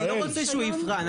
אני לא רוצה שהוא יבחן,